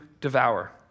devour